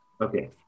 okay